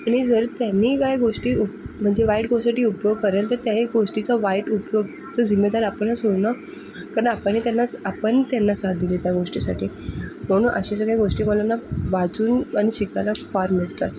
आणि जर त्यांनी काय गोष्टी उप म्हणजे वाईट गोषसाठी उपयोग करेल ते त्या हे गोष्टीचा वाईट उपयोगाचा जिम्मेदार आपणच होऊ ना कारण आपणही त्यांना स् आपण त्यांना साथ दिली त्या गोष्टीसाठी म्हणून अशा ज्या काय गोष्टीवालांना वाचून आणि शिकायला फार मिळतात